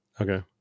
Okay